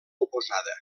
oposada